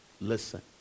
listen